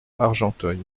argenteuil